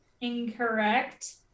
Incorrect